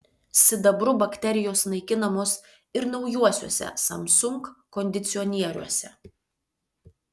sidabru bakterijos naikinamos ir naujuosiuose samsung kondicionieriuose